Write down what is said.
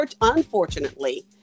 unfortunately